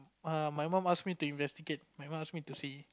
my mum ask me to investigate my mum ask me to see